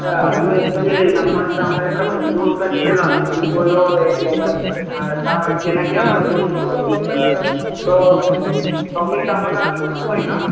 হ্যাঁ আমি হচ্ছে এই নম্বরটা আমার একটা বন্ধুর কাছে পেলাম উনি বললো এই মোবাইল সে নাকি আপনার বন্ধু হয় তো শমিত আপনার বন্ধু হয় না